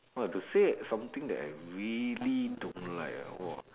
!wah! to say something that I really don't like ah !wah!